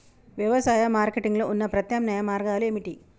వ్యవసాయ మార్కెటింగ్ లో ఉన్న ప్రత్యామ్నాయ మార్గాలు ఏమిటి?